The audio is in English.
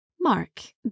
Mark